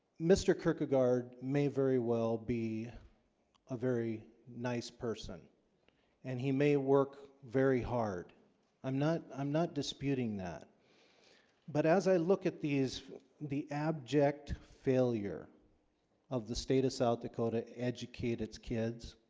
mr. kirkegaard may very well be a very nice person and he may work very hard i'm not i'm not disputing that but as i look at these the abject failure of the state of south dakota? educate its kids